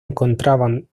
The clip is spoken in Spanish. encontraban